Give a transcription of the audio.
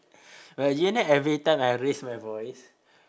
but you know every time I raise my voice